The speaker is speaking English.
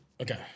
Okay